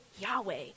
Yahweh